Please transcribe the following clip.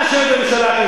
את יושבת בממשלה,